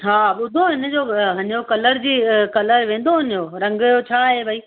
हा ॿुधो इन जो इन जो कलर जे कलर वेंदो हुन जो रंग छा आहे भाई